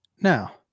Now